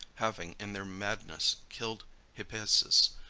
having, in their madness, killed hippasus,